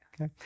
Okay